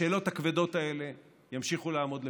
השאלות הכבדות האלה ימשיכו לעמוד לפתחנו.